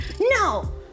No